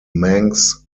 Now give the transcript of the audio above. manx